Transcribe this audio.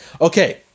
Okay